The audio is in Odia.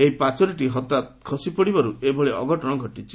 ଏହି ପାଚେରିଟି ହଠାତ୍ ଖସିପଡ଼ିବାରୁ ଏଭଳି ଘଟଣା ଘଟିଛି